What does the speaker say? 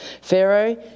Pharaoh